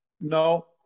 No